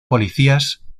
policías